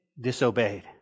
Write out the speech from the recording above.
disobeyed